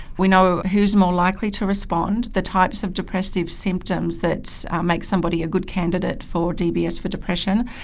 we know who is more likely to respond, the types of depressive symptoms that make somebody a good candidate for dbs for depression,